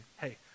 hey